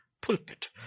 pulpit